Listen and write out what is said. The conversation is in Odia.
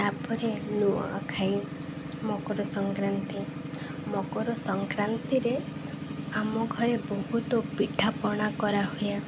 ତାପରେ ନୂଆଁଖାଇ ମକର ସଂକ୍ରାନ୍ତି ମକର ସଂକ୍ରାନ୍ତିରେ ଆମ ଘରେ ବହୁତ ପିଠାପଣା କରାହୁୁଏ